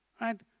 Right